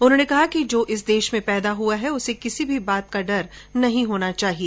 उन्होंने कहा कि जो इस देश में पैदा हुआ है उन्हें किसी भी बात का डर नहीं होना चाहिए